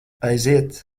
aiziet